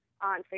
on